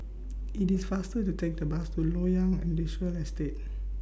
IT IS faster to Take The Bus to Loyang Industrial Estate